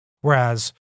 Whereas